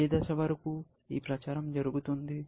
ఏ దశ వరకు ఈ ప్రచారం జరుగుతుంది